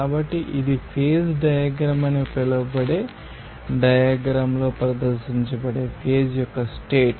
కాబట్టి ఇది phase diagram అని పిలువబడే డయాగ్రమ్ లో ప్రదర్శించబడే ఫేజ్ యొక్క స్టేట్